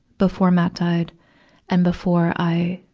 before matt died and before i,